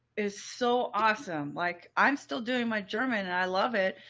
is so awesome. like i'm still doing my german and i love it.